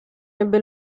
ebbe